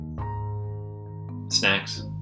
Snacks